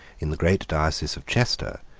in the great diocese of chester,